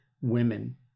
women